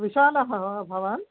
विशालः वा भवान्